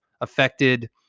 affected